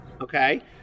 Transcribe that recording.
okay